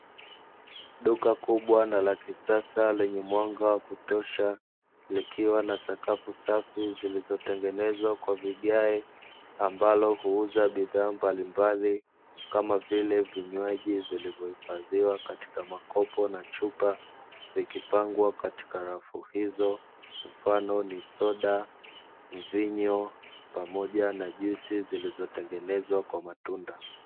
Duka kubwa na la kisasa lenye mwanga wa kutosha, likiwa na sakafu safi zilizotengenezwa kwa vigae, ambalo huuza bidhaa mbalimbali kama vile vinywaji vilivyohifadhiwa katika makopo na chupa zikipangwa katika rafu hizo kama vile soda, mvinyo pamoja na juisi zilizotengenezwa kwa matunda.